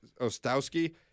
Ostowski